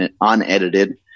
unedited